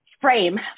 frame